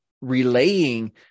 relaying